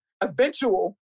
eventual